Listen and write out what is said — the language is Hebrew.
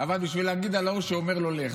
אבל בשביל להגן על ההוא שאומר לו "לך".